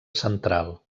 central